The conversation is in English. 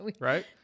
right